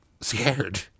scared